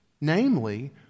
namely